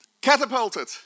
catapulted